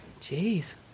jeez